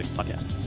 podcast